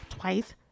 twice